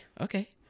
okay